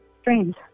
Strange